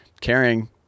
caring